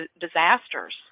disasters